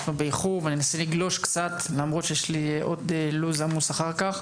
אנחנו באיחור ואני אנסה לגלוש קצת למרות שיש לי עוד לו"ז עמוס אחר כך.